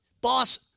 Boss